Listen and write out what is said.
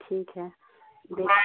ठीक है